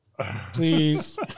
please